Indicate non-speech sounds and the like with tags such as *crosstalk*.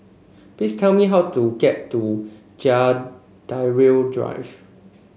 please tell me how to get to *unintelligible* Drive